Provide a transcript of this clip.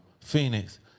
Phoenix